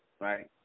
right